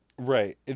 Right